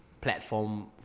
platform